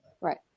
Right